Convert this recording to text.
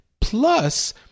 Plus